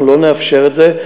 אנחנו לא נאפשר את זה,